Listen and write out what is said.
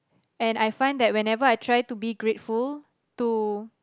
and I find that whenever I try to be grateful to